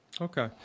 Okay